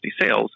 sales